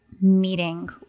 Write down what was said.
meeting